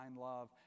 love